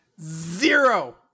zero